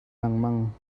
lengmang